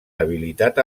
habilitat